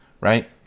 right